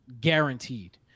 guaranteed